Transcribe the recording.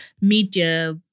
media